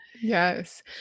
Yes